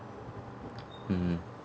mm